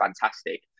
fantastic